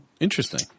Interesting